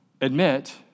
admit